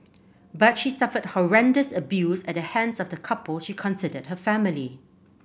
but she suffered horrendous abuse at the hands of the couple she considered her family